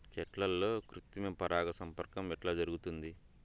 చెట్లల్లో కృత్రిమ పరాగ సంపర్కం ఎట్లా జరుగుతుంది?